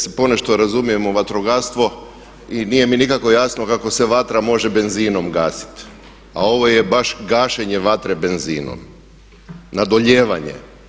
se ponešto razumijem u vatrogastvo i nije mi nikako jasno kako se vatra može benzinom gasiti a ovo je baš gašenje vatre benzinom, nadolijevanje.